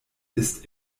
ist